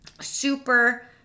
super